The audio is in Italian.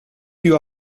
più